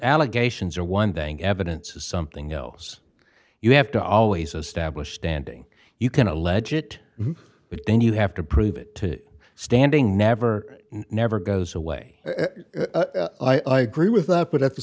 allegations are one thing evidence is something else you have to always establish danding you can allege it but then you have to prove it to standing never never goes away i agree with that but at the